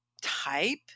type